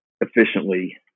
efficiently